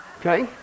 Okay